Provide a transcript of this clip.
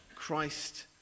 Christ